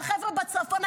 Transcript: והחבר'ה בצפון,